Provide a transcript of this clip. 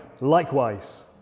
Likewise